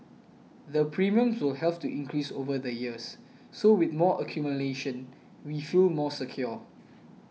the premiums will have to increase over the years so with more accumulation we feel more secure